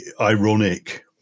ironic